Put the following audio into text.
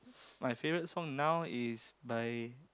my favourite song now is by